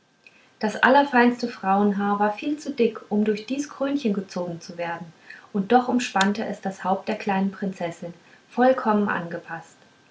das allerfeinste frauenhaar war viel zu dick um durch dies krönchen gezogen zu werden und doch umspannte es das haupt der kleinen prinzessin vollkommen angepaßt